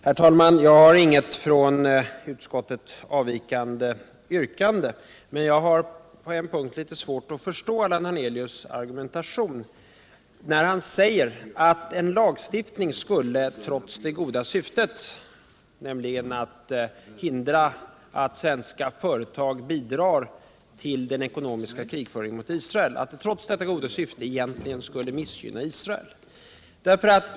Herr talman! Jag har inget från utskottets uppfattning avvikande yrkande, men jag har på en punkt litet svårt att förstå Allan Hernelius argumentation när han säger att en lagstiftning trots det goda syftet — hindra att svenska företag bidrar till den ekonomiska krigföringen mot Israel — egentligen skulle missgynna Israel.